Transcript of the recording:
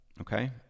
okay